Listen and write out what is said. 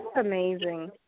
amazing